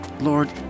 Lord